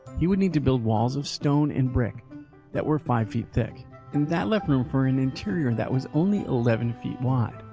he would need to build walls of stone and brick that were five feet thick. and that left room for an interior that was only eleven feet wide.